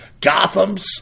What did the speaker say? Gothams